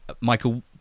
Michael